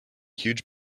huge